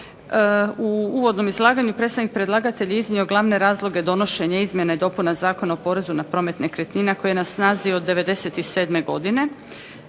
U uvodnom izlaganju predstavnik predlagatelja je iznio glavne razloge donošenja izmjena i dopuna Zakona o porezu na prometu nekretnina koji je na snazi od '97. godine.